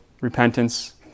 repentance